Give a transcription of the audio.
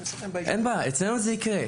אין בעיה, אצלנו זה יקרה.